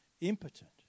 impotent